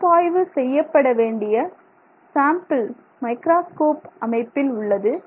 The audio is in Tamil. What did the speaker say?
பகுப்பாய்வு செய்யப்படவேண்டிய சாம்பிள் மைக்ரோஸ்கோப் அமைப்பில் உள்ளது